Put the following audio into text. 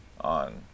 on